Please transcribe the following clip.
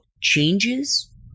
changes